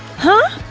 huh?